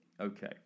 Okay